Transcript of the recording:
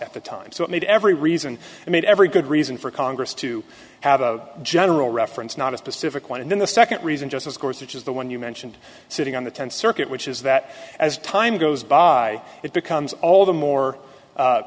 at the time so it made every reason and made every good reason for congress to have a general reference not a specific one and then the second reason justice course which is the one you mentioned sitting on the tenth circuit which is that as time goes by it becomes all the more